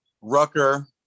Rucker